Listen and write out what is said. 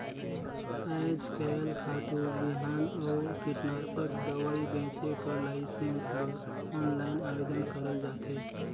आएज काएल खातू, बीहन अउ कीटनासक दवई बेंचे कर लाइसेंस बर आनलाईन आवेदन करल जाथे